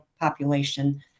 population